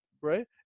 right